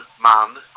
man